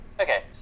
Okay